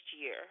year